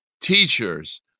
teachers